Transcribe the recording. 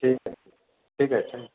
ठीक है ठीक है थैंक यू